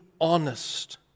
honest